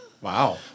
Wow